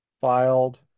filed